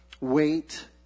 wait